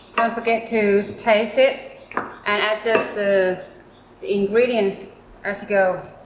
and forget to taste it and adjust the ingredients as you go.